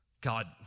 God